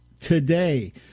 Today